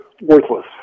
worthless